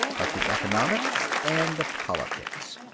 but the economics and the politics.